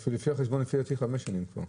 לפי החשבון, לפי דעתי חמש שנים כבר.